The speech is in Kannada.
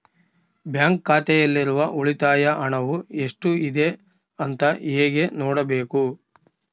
ಬ್ಯಾಂಕ್ ಖಾತೆಯಲ್ಲಿರುವ ಉಳಿತಾಯ ಹಣವು ಎಷ್ಟುಇದೆ ಅಂತ ಹೇಗೆ ನೋಡಬೇಕು?